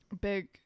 Big